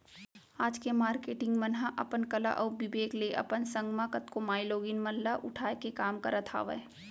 आज के मारकेटिंग मन ह अपन कला अउ बिबेक ले अपन संग म कतको माईलोगिन मन ल उठाय के काम करत हावय